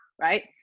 right